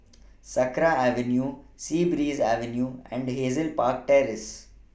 Sakra Avenue Sea Breeze Avenue and Hazel Park Terrace